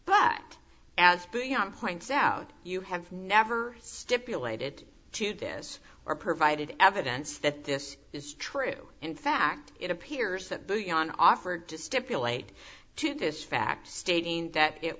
as points out you have never stipulated to this or provided evidence that this is true in fact it appears that the yawn offered to stipulate to this fact stating that it